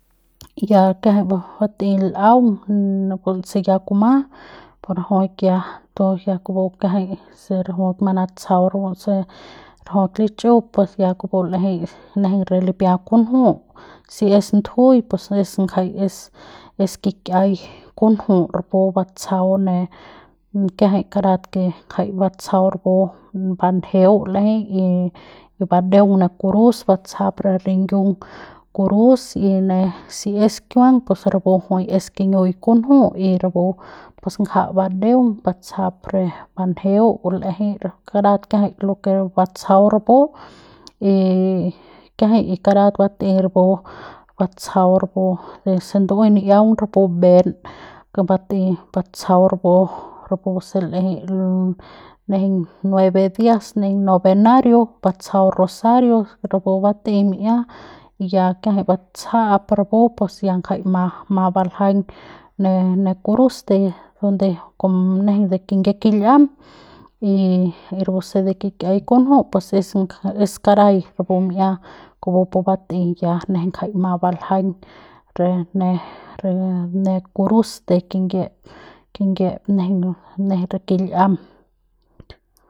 Ya kiajay bat'ey l'aung napun se ya kuma por rajuik ya kupu kiajay se rajuik manatsajau rapu se rajuik lichiup ya kupu l'ejey re lipia kunju si es ndjuy pus es ngajay es kik'iai kunju rapu batsajau ne kiajay karat ke jay batsajau rapu banjeu l'ejey y badeung ne cruz batsajap re rinyiung cruz y se ne es kiuang pus rapu es kiniuy kunju y rapu pus ngaja badeung batsajap re banjeu o l'eje karat kiajay lo que batsajau rapu y kiajay y karat bat'ey rapu batsajau rapu rapu se ndu'uey ni'iaung rapu mbe'en bat'ey batsajau rapu rapu se l'ejey nejeiñ nueve días ne novenario batsajau rosario rapu bat'ey mi'ia y ya kiajay batsajap rapu pus ya ngajay ma ma baljaiñ ne ne cruz de donde nejeiñ de kinyie kil'iam y rapuse de kik'iai kunju pues es de sakarajay rapu mi'ia kupu bat'ey ya nejeiñ ngajay mat baljaiñ re ne re ne cruz de kinyie kinyie nejeiñ nejeiñ re kil'iam.